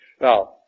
Now